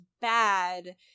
bad